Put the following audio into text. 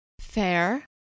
Fair